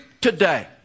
today